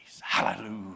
hallelujah